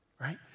right